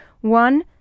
One